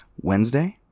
Wednesday